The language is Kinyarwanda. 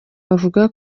bavuga